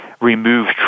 remove